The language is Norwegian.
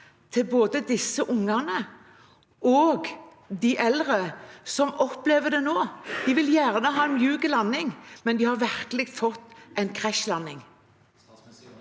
til både de ungene og de eldre som opplever dette nå? De vil gjerne ha en myk landing, men de har virkelig fått en krasjlanding.